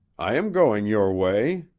i am going your way.